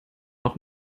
noch